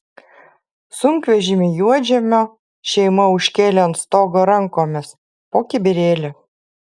sunkvežimį juodžemio šeima užkėlė ant stogo rankomis po kibirėlį